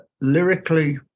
lyrically